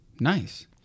nice